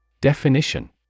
Definition